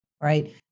right